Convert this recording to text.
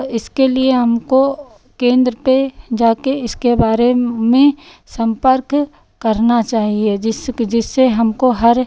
इसके लिए हमको केंद्र पे जाके इसके बारे में सम्पर्क करना चाहिए जिससे हमको हर